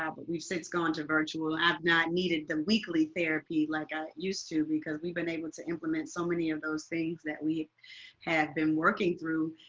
ah but we've since gone to virtual, and i've not needed the weekly therapy like i used to because we've been able to implement so many of those things that we had been working through.